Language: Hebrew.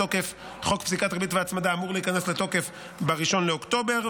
חוק פסיקת ריבית והצמדה אמור להיכנס לתוקף ב-1 באוקטובר,